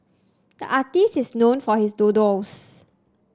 the artist is known for his doodles